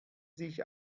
sich